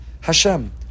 Hashem